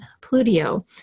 Plutio